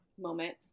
moment